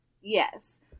Yes